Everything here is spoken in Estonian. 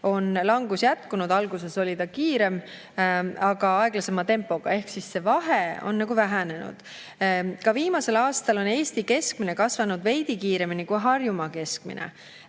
on langus jätkunud, alguses oli ta kiirem, aga aeglasema tempoga. Ehk siis see vahe on vähenenud. Ka viimasel aastal on Eesti keskmine kasvanud veidi kiiremini kui Harjumaa keskmine.